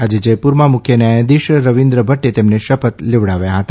આજે જયપુરમાં મુખ્ય ન્યાયાધીશ રવીન્દ્ર ભદ્દે તેમને શપથ લેવડાવ્યા હતા